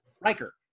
Riker